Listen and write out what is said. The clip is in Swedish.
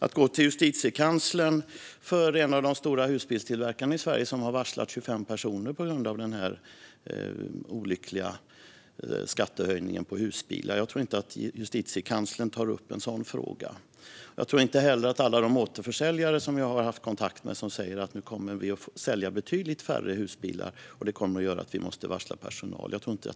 Tomas Eneroth säger att en av de stora husbilstillverkarna i Sverige, som har varslat 25 personer på grund av denna olyckliga skattehöjning på husbilar, kan vända sig till Justitiekanslern. Jag tror inte att Justitiekanslern tar upp en sådan fråga. Jag tror inte heller att det är en fråga för Justitiekanslern att alla de återförsäljare som jag har haft kontakt med kommer att få sälja betydligt färre husbilar, vilket kommer att göra att de måste varsla personal.